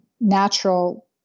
natural